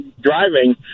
driving